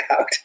out